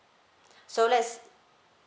so let's